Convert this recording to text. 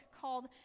called